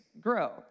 grow